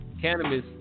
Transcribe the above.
cannabis